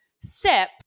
SIP